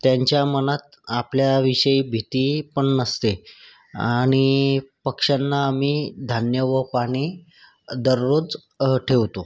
त्यांच्या मनात आपल्याविषयी भीती पण नसते आणि पक्ष्यांना आम्ही धान्य व पाणी दररोज ठेवतो